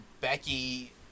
Becky